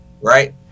right